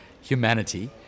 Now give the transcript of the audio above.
humanity